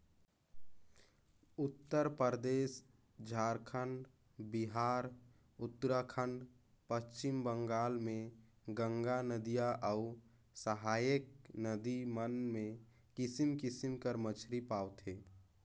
उत्तरपरदेस, झारखंड, बिहार, उत्तराखंड, पच्छिम बंगाल में गंगा नदिया अउ सहाएक नदी मन में किसिम किसिम कर मछरी पवाथे